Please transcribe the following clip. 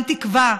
אין תקווה,